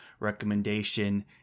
recommendation